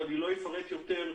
ולא אפרט יותר,